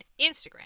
Instagram